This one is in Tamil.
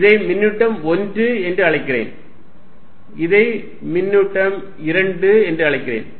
இதை மின்னூட்டம் 1 என்று அழைக்கிறேன் இதை மின்னூட்டம் 2 என்று அழைக்கிறேன்